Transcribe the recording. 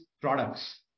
products